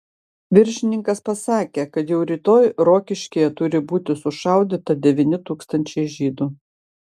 viršininkas pasakė kad jau rytoj rokiškyje turi būti sušaudyta devyni tūkstančiai žydų